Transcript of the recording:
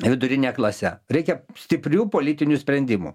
vidurine klase reikia stiprių politinių sprendimų